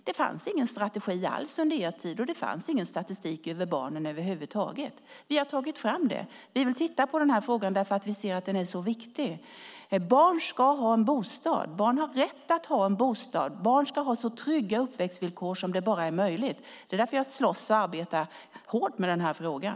Det fanns ingen strategi alls under er tid, och det fanns ingen statistik över barnen över huvud taget. Vi har tagit fram det. Vi vill titta på den här frågan eftersom vi ser att den är så viktig. Barn ska ha en bostad. Barn har rätt att ha en bostad. Barn ska ha så trygga uppväxtvillkor som det bara är möjligt. Det är därför jag slåss och arbetar hårt med den här frågan.